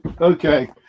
Okay